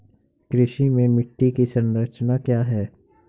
कृषि में मिट्टी की संरचना क्या है?